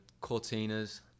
Cortina's